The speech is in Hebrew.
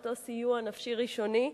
לאותו סיוע נפשי ראשוני,